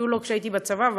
אפילו לא כשהייתי בצבא,